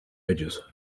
edges